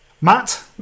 Matt